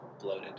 Bloated